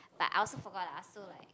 but I also forgot lah so like